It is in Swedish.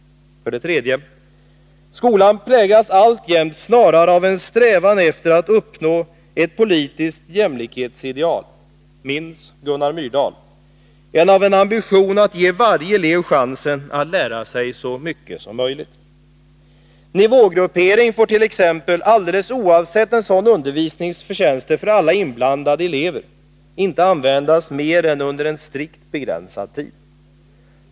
3. Skolan präglas alltjämt snarare av en strävan efter att uppnå ett politiskt jämlikhetsideal — minns Gunnar Myrdal! — än av ambitionen att ge varje elev chansen att lära sig så mycket som möjligt. Nivågruppering får t.ex., alldeles oavsett en sådan undervisnings förtjänster för alla inblandade elever, inte användas mer än under en strikt begränsad tid.